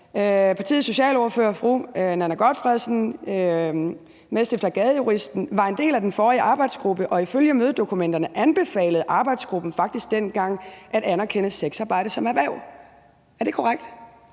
Partiets socialordfører, fru Nanna Gotfredsen, medstifter af Gadejuristen, var en del af den forrige arbejdsgruppe. Og ifølge mødedokumenterne anbefalede arbejdsgruppen faktisk dengang at anerkende sexarbejde som erhverv. Er det korrekt?